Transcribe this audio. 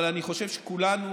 אבל אני חושב שכולנו